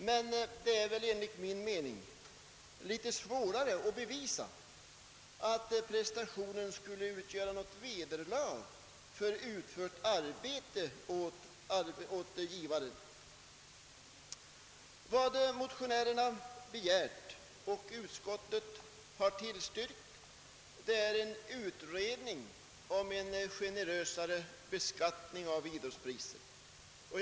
Men det är enligt min mening svårare att bevisa att prestationen skulle utgöra något vederlag för utfört arbete åt givaren. Vad motionärerna begärt och utskottet tillstyrkt är en utredning om en generösare beskattning av idrottspriser.